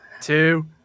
two